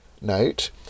Note